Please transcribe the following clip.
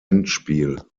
endspiel